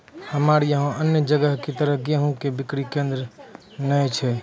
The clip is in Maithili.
हमरा यहाँ अन्य जगह की तरह गेहूँ के बिक्री केन्द्रऽक नैय छैय?